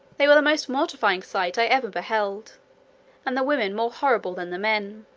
they were the most mortifying sight i ever beheld and the women more horrible than the men.